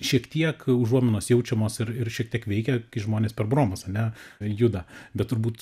šiek tiek užuominos jaučiamos ir ir šiek tiek veikia kai žmonės per bromas ane juda bet turbūt